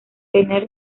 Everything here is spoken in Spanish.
tener